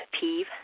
peeve